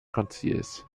konzils